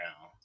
now